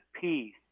peace